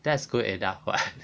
that's good enough [what]